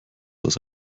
das